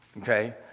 okay